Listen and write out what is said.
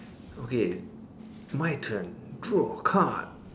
okay my turn draw a card